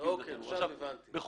יש פה